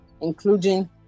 Including